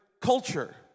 culture